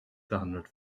gehandelt